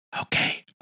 Okay